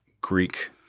Greek